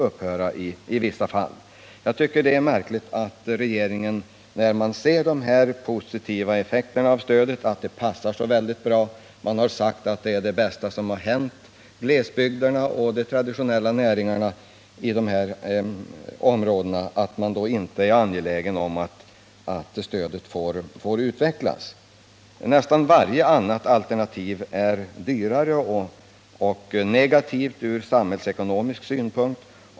När man nu kan notera de positiva effekterna av detta stöd — det har sagts att det var det bästa som har hänt glesbygderna och de traditionella näringarna inom de här områdena — tycker jag det är märkligt att man inom regeringen inte är angelägen om att stödet får utvecklas. Nästan varje annat alternativ är ju dyrare och således negativt ur samhällsekonomisk synpunkt.